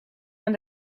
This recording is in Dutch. aan